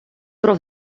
про